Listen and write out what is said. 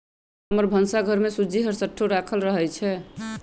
हमर भन्सा घर में सूज्ज़ी हरसठ्ठो राखल रहइ छै